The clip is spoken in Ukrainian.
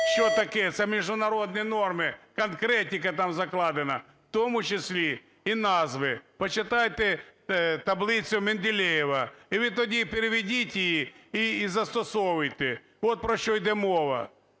що таке, це міжнародні норми, конкретика там закладена, в тому числі і назви. Почитайте таблицю Менделєєва, і ви тоді переведіть її і застосовуйте. От про що йде мова.